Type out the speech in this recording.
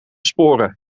sporen